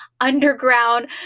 underground